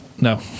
No